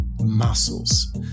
muscles